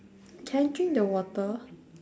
can I drink the water